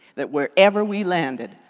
that wherever we landed,